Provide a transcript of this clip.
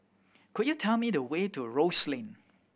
could you tell me the way to Rose Lane